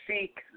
seek